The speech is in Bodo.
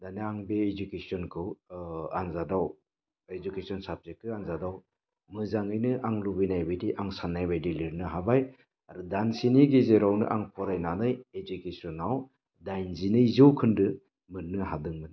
दानिया आं बे इडुकेसनखौ आनजादाव इडुकेसन साबजेक्टखौ आनजादाव मोजांयैनो आं लुबैनाय बायदि आं सान्नाय बायदि लिरनो हाबाय आरो दानसेनि गेजेरावनो आं फरायनानै इडुकेसनाव दाइनजिनै जौखोन्दो मोननो हादोंमोन